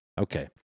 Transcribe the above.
Okay